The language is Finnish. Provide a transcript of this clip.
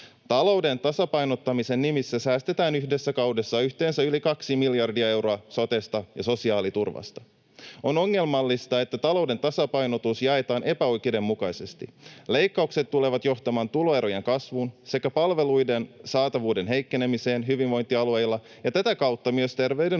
Talouden tasapainottamisen nimissä säästetään yhdessä kaudessa yhteensä yli kaksi miljardia euroa sotesta ja sosiaaliturvasta. On ongelmallista, että talouden tasapainotus jaetaan epäoikeudenmukaisesti. Leikkaukset tulevat johtamaan tuloerojen kasvuun sekä palveluiden saatavuuden heikkenemiseen hyvinvointialueilla ja tätä kautta myös terveydenhuollon